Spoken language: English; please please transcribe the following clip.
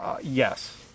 Yes